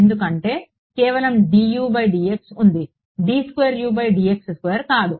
ఎందుకంటే కేవలం ఉంది కాదు